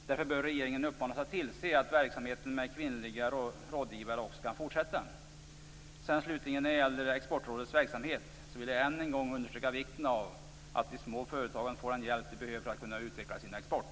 Därför bör regeringen uppmanas att tillse att verksamheten med kvinnliga affärsrådgivare också kan fortsätta. När det slutligen gäller Exportrådets verksamhet vill jag än en gång understryka vikten av att de små företagen får den hjälp de behöver för att kunna utveckla sin export.